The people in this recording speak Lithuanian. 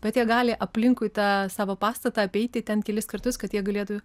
bet jie gali aplinkui tą savo pastatą apeiti ten kelis kartus kad jie galėtų